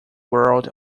world